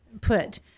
put